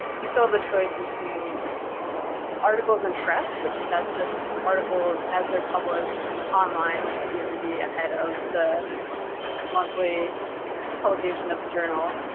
you still have the choice between articles impress which that's just articles as they're published online which could even be a head of the monthly publication of the journal